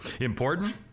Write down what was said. important